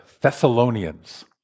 Thessalonians